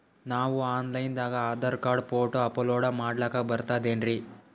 ನಾವು online ದಾಗ Aadhaar card, photo upload ಮಾಡ್ಲಕ ಬರ್ತದೇನ್ರಿ?